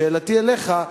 שאלתי אליך,